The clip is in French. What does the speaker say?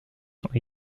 sont